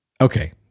Okay